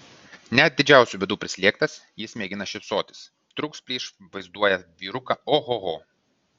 net didžiausių bėdų prislėgtas jis mėgina šypsotis trūks plyš vaizduoja vyruką ohoho